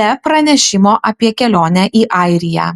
be pranešimo apie kelionę į airiją